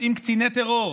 יוצאים קציני טרור,